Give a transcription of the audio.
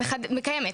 מקיימת.